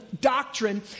doctrine